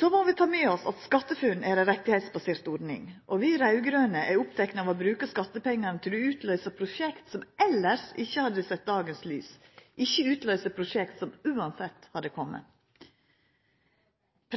Så må vi ha med oss at SkatteFUNN er ei ordning basert på rettar, og vi raud-grøne er opptekne av å bruka skattepengane til å utløysa prosjekt som elles ikkje hadde sett dagens lys, ikkje utløysa prosjekt som uansett hadde kome.